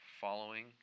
following